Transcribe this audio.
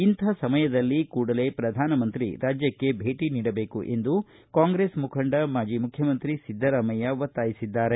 ಇಂಥ ಸಮಯದಲ್ಲಿ ಕೂಡಲೇ ಪ್ರಧಾನಮಂತ್ರಿ ರಾಜ್ಯಕ್ಷೆ ಭೇಟಿ ನೀಡಬೇಕು ಎಂದು ಕಾಂಗ್ರೆಸ್ ಮುಖಂಡ ಮಾಜಿ ಮುಖ್ಯಮಂತ್ರಿ ಸಿದ್ದರಾಮಯ್ಯ ಒತ್ತಾಯಿಸಿದ್ದಾರೆ